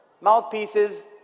mouthpieces